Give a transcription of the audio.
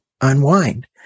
unwind